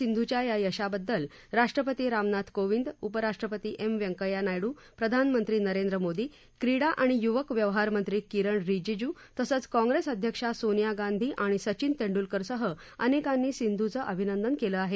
सिंधूच्या या यशाबद्दल राष्ट्रपती रामनाथ कोविंद उपराष्ट्रपती एम वैंकय्या नायडू प्रधानमंत्री नरेंद्र मोदी क्रीडा आणि युवक व्यवहारमंत्री किरण रिजिजू तसंच काँप्रेस अध्यक्षा सोनिया गांधी आणि सचिन तेंडुलकरसह अनेकांनी सिंधुचं अभिनंदन केलं आहे